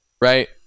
right